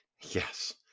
yes